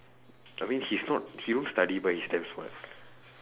I mean he's not he don't study but he's damn smart